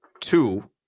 two